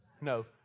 No